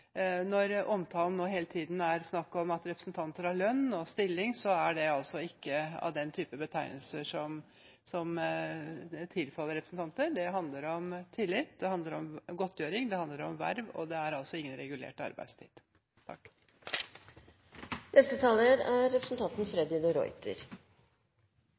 Når det nå i omtalen hele tiden er snakk om at representanter har lønn og stilling, er ikke det av den type betegnelser som tilfaller representanter. Det handler om tillit, det handler om godtgjøring, det handler om verv, og det er altså ingen regulert arbeidstid. Det er